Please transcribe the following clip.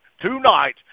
tonight